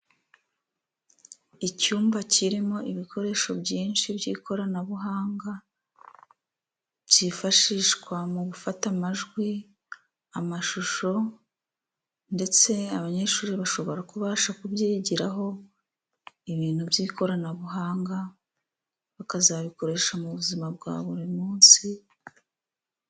Icyumba kirimo ibikoresho byinshi by'ikoranabuhanga byifashishwa mu gufata amajwi, amashusho ndetse abanyeshuri bashobora kubasha kubyigiraho ibintu by'ikoranabuhanga, bakazabikoresha mu buzima bwa buri munsi.